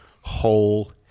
whole